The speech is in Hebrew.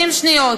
30 שניות.